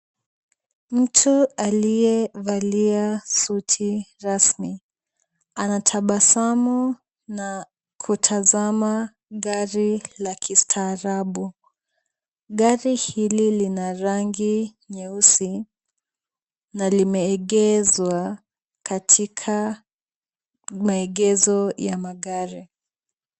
Mtu aliyevalia suti rasmi, anatabasamu na kutazama gari la kistaarabu. Gari hili lina rangi nyeusi na limeegezwa katika maegezo ya magari.